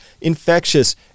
infectious